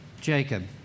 Jacob